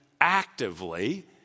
actively